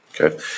okay